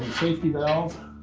safety valve,